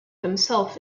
himself